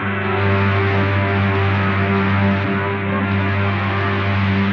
um